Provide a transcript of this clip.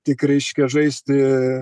tik reiškia žaisti